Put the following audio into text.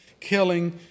killing